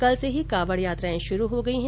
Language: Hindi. कल से ही कावड यात्राएं शुरू हो गई है